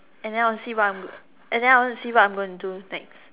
and then I'll see what I'm and then I want to see what I'm going to do next